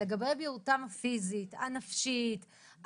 לגבי בריאותם הפיזית והנפשית,